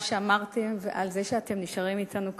שאמרתם ועל זה שאתם נשארים אתנו כאן,